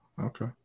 Okay